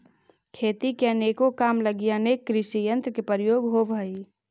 खेती के अनेको काम लगी अनेक कृषियंत्र के प्रयोग होवऽ हई